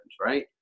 right